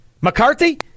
McCarthy